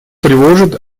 тревожит